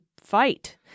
fight